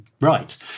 right